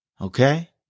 Okay